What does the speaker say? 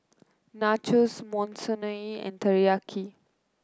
Nachos Monsunabe and Teriyaki